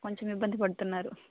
కొంచెం ఇబ్బంది పడుతున్నారు